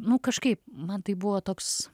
nu kažkaip man tai buvo toks